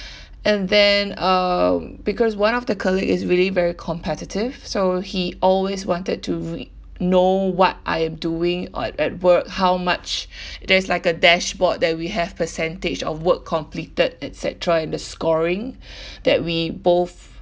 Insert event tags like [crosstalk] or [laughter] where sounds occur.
[breath] and then uh because one of the colleague is really very competitive so he always wanted to re~ know what I am doing uh at at work how much [breath] there is like a dashboard that we have percentage of work completed et cetera in the scoring [breath] that we both